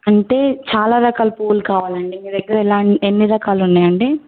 అంటే చాలా రకాల పువ్వులు కావాలండి మీ దగ్గర ఎలా ఎన్ని రకాలు ఉన్నాయండి